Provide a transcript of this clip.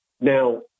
Now